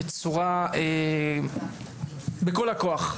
בכל הכוח,